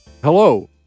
Hello